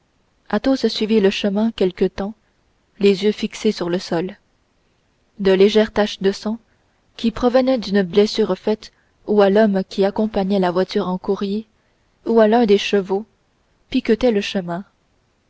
forêt athos suivit le chemin quelque temps les yeux fixés sur le sol de légères taches de sang qui provenaient d'une blessure faite ou à l'homme qui accompagnait la voiture en courrier ou à l'un des chevaux piquetaient le chemin